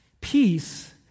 peace